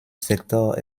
sektor